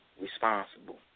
responsible